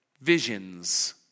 visions